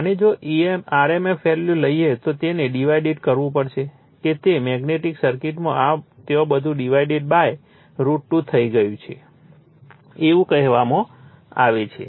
અને જો rmf value લઈએ તો તેને ડિવાઇડેડ કરવું પડશે કે તે મેગ્નેટિક સર્કિટમાં ત્યાં બધું ડિવાઇડેડ √ 2 થઈ ગયું છે એવું કહેવામાં આવે છે